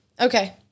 okay